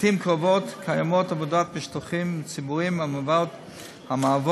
לעתים קרובות מתקיימות עבודות בשטחים ציבוריים שהן חלק